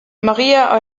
maría